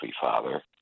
father